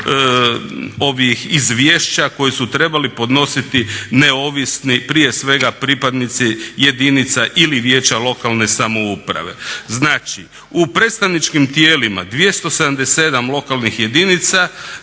izvješća koje su trebali podnositi neovisni prije svega pripadnici jedinica ili vijeća lokalne samouprave. Znači u predstavničkim tijelima 277 lokalnih jedinica,